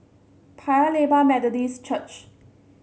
Paya Lebar Methodist Church